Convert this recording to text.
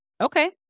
Okay